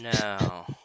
no